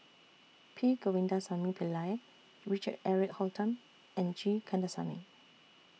P Govindasamy Pillai Richard Eric Holttum and G Kandasamy